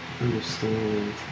understand